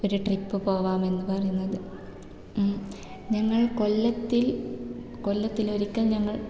ഒരു ട്രിപ്പ് പോകാമെന്ന് പറയുന്നത് ഞങ്ങൾ കൊല്ലത്തിൽ കൊല്ലത്തിൽ ഒരിക്കൽ ഞങ്ങൾ